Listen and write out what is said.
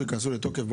יש לנו הסדר פרטני